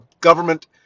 government